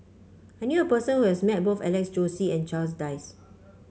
I knew a person who has met both Alex Josey and Charles Dyce